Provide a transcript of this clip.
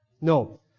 No